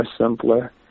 simpler